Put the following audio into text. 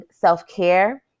self-care